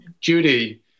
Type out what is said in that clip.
Judy